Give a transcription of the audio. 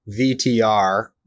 VTR